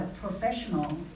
professional